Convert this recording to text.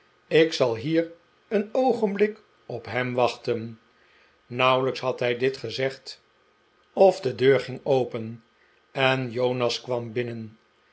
ik zal hier een oogenblik op hem wachten nauwelijks had hij dit gezegd of de deur ging open en jonas kwam binnen